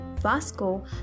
Vasco